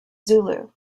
zulu